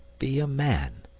be a man.